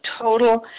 total